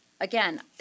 again